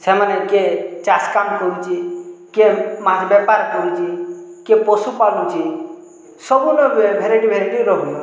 ସେମାନେ କେ ଚାଷ କାମ କରୁଛେ କେ ମାଛ୍ ବେପାର୍ କରୁଛେ କେ ପଶୁ ପାଲୁଛି ସବୁ ନ ଭେରାଇଟି ଭେରାଇଟି